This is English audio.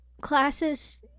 Classes